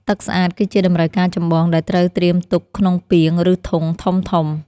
ទឹកស្អាតគឺជាតម្រូវការចម្បងដែលត្រូវត្រៀមទុកក្នុងពាង ឬធុងធំៗ។